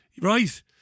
Right